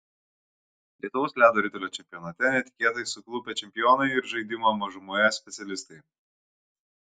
lietuvos ledo ritulio čempionate netikėtai suklupę čempionai ir žaidimo mažumoje specialistai